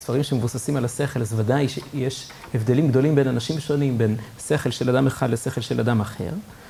דברים שמבוססים על השכל, אז ודאי שיש הבדלים גדולים בין אנשים שונים, בין שכל של אדם אחד לשכל של אדם אחר.